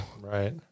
Right